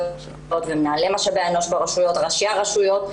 ועם מנהלי משאבי האנוש ברשויות וראשי הרשויות,